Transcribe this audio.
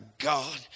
God